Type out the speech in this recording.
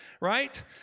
right